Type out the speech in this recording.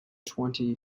twenty